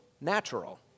natural